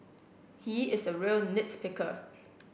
he is a real nit picker